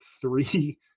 three